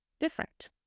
different